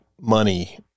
money